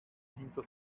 hinter